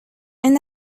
and